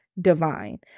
divine